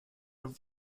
would